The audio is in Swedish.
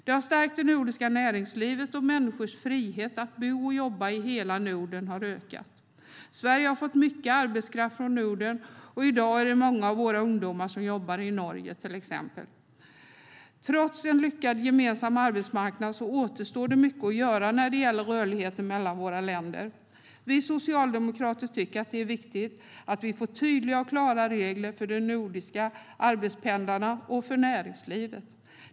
Den har stärkt det nordiska näringslivet, och människors frihet att bo och jobba i hela Norden har ökat. Sverige har fått mycket arbetskraft från Norden. Och i dag är det till exempel många av våra ungdomar som jobbar i Norge. Trots en lyckad gemensam arbetsmarknad återstår det mycket att göra när det gäller rörligheten mellan våra länder. Vi socialdemokrater tycker att det är viktigt att vi får tydliga och klara regler för de nordiska arbetspendlarna och näringslivet.